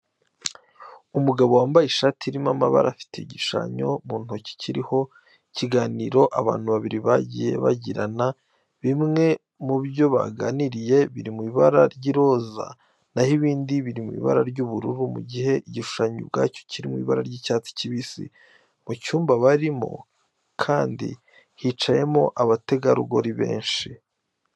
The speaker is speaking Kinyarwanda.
Umugabo wambaye ishati irimo amabara, afite igishushanyo mu ntoki kiriho ikiganiro abantu babiri bagiye bagirana. Bimwe mu byo baganiriye biri mu ibara ry'iroza na ho ibindi biri mu ibara ry'ubururu, mu gihe igishushanyo ubwacyo kiri mu ibara ry'icyatsi kibisi. Mu cyumba barimo kandi hicayemo abategarugori benshi.